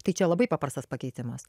tai čia labai paprastas pakeitimas